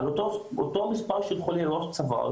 על אותו מספר של חולי ראש צוואר